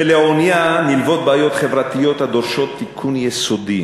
ולעונייה נלוות בעיות חברתיות הדורשות תיקון יסודי.